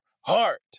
heart